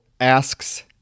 asks